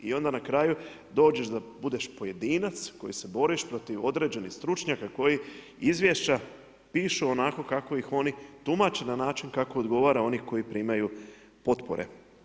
I onda na kraju dođeš da budeš pojedinac koji se boriš protiv određenih stručnjaka koji izvješća pišu onako kako ih oni tumače, na način kako odgovara onih koji primaju potpore.